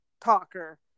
talker